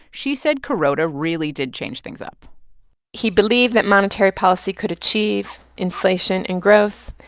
she said kuroda really did change things up he believed that monetary policy could achieve inflation and growth.